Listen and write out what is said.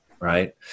right